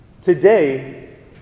Today